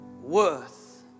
worth